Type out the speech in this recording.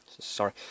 Sorry